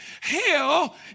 Hell